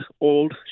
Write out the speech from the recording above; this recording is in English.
old